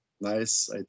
nice